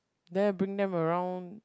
then I bring them around